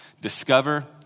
discover